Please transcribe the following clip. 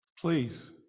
Please